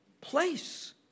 place